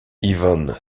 ivan